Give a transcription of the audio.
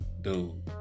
dude